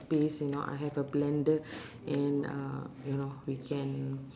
paste you know I have a blender and uh ya lor we can